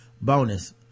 Bonus